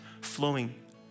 flowing